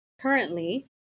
currently